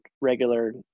regular